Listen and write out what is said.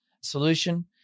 solution